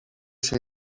się